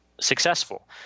successful